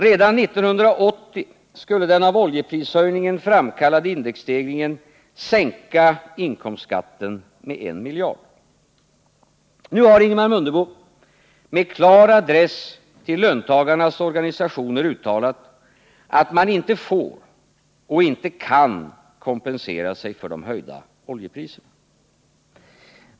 Redan 1980 skulle den av oljeprishöjningen framkallade indexstegringen sänka inkomstskatten med 1 miljard. Nu har Ingemar Mundebo med klar adress till löntagarnas organisationer uttalat att man inte får och inte kan kompensera sig för de höjda oljepriserna.